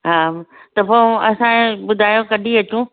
हा त पोइ असां ॿुधायो कॾहिं अचूं